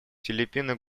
филиппины